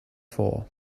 for